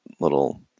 little